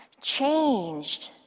changed